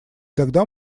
тогда